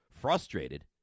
frustrated